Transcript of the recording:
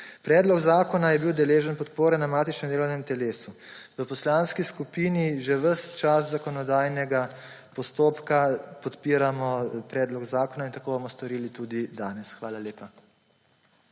Predlog zakona je bil deležen podpore na matičnem delovnem telesu. V poslanski skupini že ves čas zakonodajnega postopka podpiramo predlog zakona in tako bomo storili tudi danes. Hvala lepa.